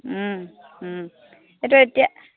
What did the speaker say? এইটো এতিয়া